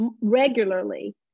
regularly